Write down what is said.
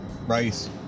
rice